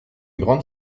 grande